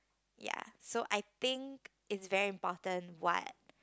ya so I think it's very important what